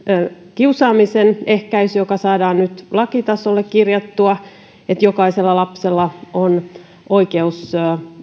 kiusaamisen ehkäisy joka saadaan nyt lakitasolle kirjattua että jokaisella lapsella on oikeus